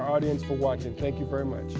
audience for watching thank you very much